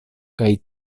kaj